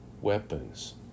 weapons